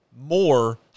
more